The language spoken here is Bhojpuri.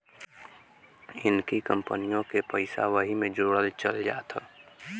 नइकी कंपनिओ के पइसा वही मे जोड़ल चल जात